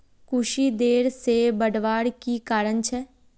कुशी देर से बढ़वार की कारण छे?